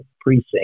Precinct